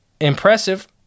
impressive